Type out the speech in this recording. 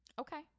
Okay